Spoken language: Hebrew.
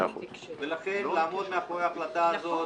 לכן לעמוד מאחורי ההחלטה הזאת.